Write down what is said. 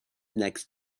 next